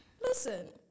Listen